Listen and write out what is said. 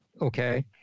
Okay